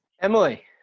Emily